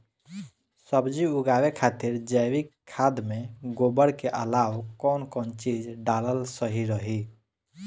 सब्जी उगावे खातिर जैविक खाद मे गोबर के अलाव कौन कौन चीज़ डालल सही रही?